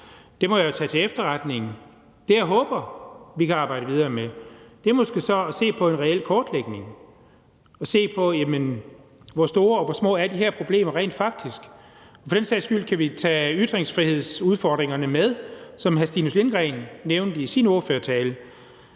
Det må jeg tage til efterretning. Det, jeg håber, vi kan arbejde videre med, er måske så at se på en reel kortlægning og se på, hvor store eller små de her problemer rent faktisk er. For den sags skyld kan vi tage ytringsfrihedsudfordringerne med, som hr. Stinus Lindgreen nævnte i sin ordførertale,